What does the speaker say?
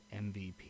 MVP